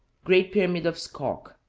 great pyramid of xcoch.